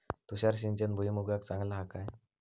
तुषार सिंचन भुईमुगाक चांगला हा काय?